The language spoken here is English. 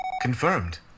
Confirmed